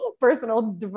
personal